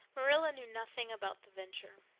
marilla knew nothing about the venture.